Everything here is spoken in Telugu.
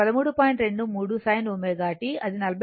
23 sin ω t అది 40